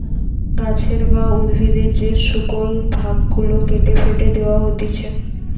গাছের বা উদ্ভিদের যে শুকল ভাগ গুলা কেটে ফেটে দেয়া হতিছে